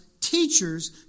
teachers